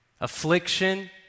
affliction